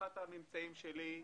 ניתחה את הממצאים שלי.